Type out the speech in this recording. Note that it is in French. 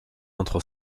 entre